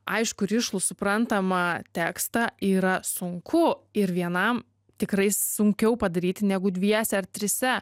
aiškų rišlų suprantamą tekstą yra sunku ir vienam tikrai sunkiau padaryti negu dviese ar trise